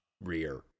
rear